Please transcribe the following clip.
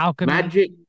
Magic